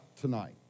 tonight